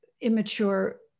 immature